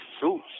suits